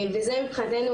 זה מבחינתנו